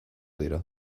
dira